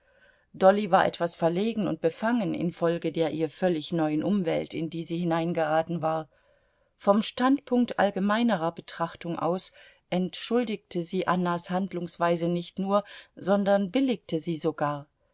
dolly war etwas verlegen und befangen infolge der ihr völlig neuen umwelt in die sie hineingeraten war vom standpunkt allgemeinerer betrachtung aus entschuldigte sie annas handlungsweise nicht nur sondern billigte sie sogar